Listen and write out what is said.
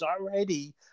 already